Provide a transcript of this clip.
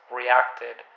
reacted